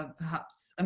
ah perhaps. um